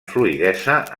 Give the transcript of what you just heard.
fluïdesa